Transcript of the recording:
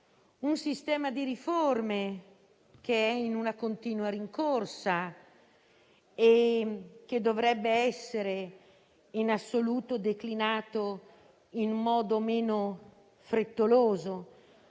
un sistema di riforme in continua rincorsa, che dovrebbe essere in assoluto declinato in modo meno frettoloso;